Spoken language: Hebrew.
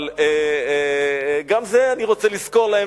אבל גם את זה אני רוצה לשכור להם,